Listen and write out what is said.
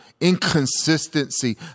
inconsistency